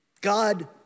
God